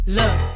Look